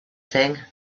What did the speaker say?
thing